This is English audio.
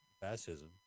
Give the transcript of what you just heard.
fascism